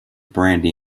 brandy